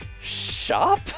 shop